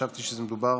חשבתי שמדובר